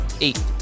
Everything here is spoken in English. Eight